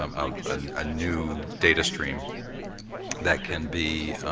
um um a new data stream that can be